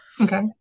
Okay